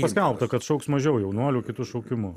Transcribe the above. paskelbta kad šauks mažiau jaunuolių kitu šaukimu